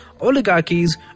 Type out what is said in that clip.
oligarchies